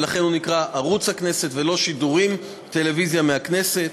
ולכן הוא נקרא "ערוץ הכנסת" ולא "שידורי טלוויזיה מהכנסת".